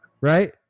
Right